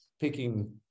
picking